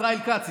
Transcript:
ישראל כץ,